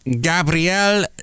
Gabriel